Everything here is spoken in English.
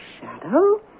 shadow